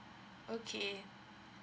okay